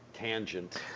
Tangent